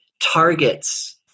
targets